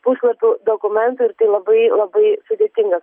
puslapių dokumentų ir tai labai labai sudėtinga